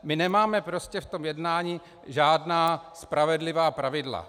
My nemáme prostě v tom jednání žádná spravedlivá pravidla.